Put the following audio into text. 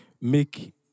make